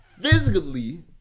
physically